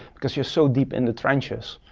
because you're so deep in the trenches,